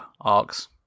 arcs